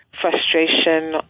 frustration